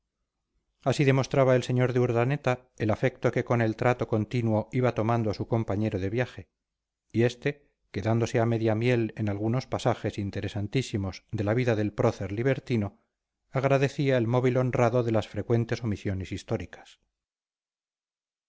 así demostraba el sr de urdaneta el afecto que con el trato continuo iba tomando a su compañero de viaje y este quedándose a media miel en algunos pasajes interesantísimos de la vida del prócer libertino agradecía el móvil honrado de las frecuentes omisiones históricas